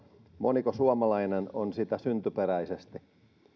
moniko suomalainen on syntyperäisesti suomalainen